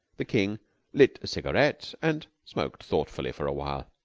the king lit a cigaret and smoked thoughtfully for a while.